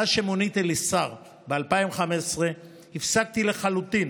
מאז שמוניתי לשר ב-2015 הפסקתי לחלוטין